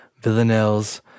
villanelles